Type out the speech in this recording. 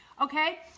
Okay